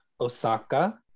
Osaka